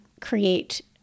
create